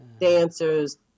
dancers